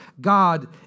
God